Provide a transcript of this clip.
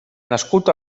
nascut